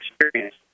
experience